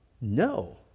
No